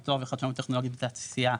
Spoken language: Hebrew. פיתוח וחדשנות טכנולוגית בתעשייה,